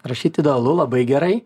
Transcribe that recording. rašyt idealu labai gerai